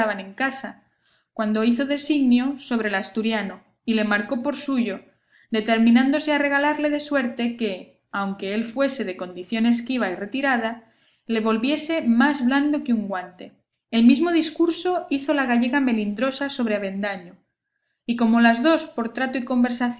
en casa cuando hizo designio sobre el asturiano y le marcó por suyo determinándose a regalarle de suerte que aunque él fuese de condición esquiva y retirada le volviese más blando que un guante el mismo discurso hizo la gallega melindrosa sobre avendaño y como las dos por trato y